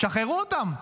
תשחררו אותם.